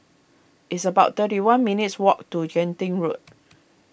it's about thirty one minutes' walk to Genting Road